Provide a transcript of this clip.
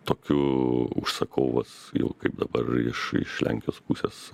tokiu užsakovas jau kaip dabar iš iš lenkijos pusės